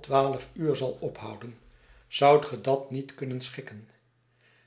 twaalf uur zal ophouden zoudt ge dat niet kunnen schikken